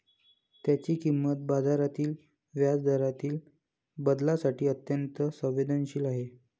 त्याची किंमत बाजारातील व्याजदरातील बदलांसाठी अत्यंत संवेदनशील आहे